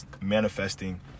manifesting